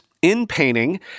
in-painting